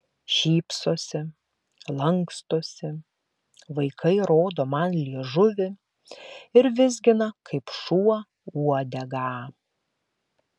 šypsosi lankstosi vaikai rodo man liežuvį ir vizgina kaip šuo uodegą